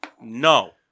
No